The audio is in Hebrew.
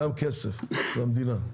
גם כסף למדינה.